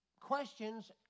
questions